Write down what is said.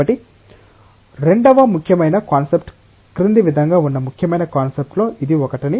కాబట్టి రెండవ ముఖ్యమైన కాన్సెప్ట్స్ క్రింది విధంగా ఉన్న ముఖ్యమైన కాన్సెప్ట్ లో ఇది ఒకటిని